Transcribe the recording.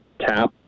tap